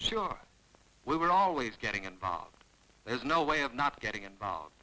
if we were always getting involved if there's no way of not getting involved